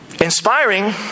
inspiring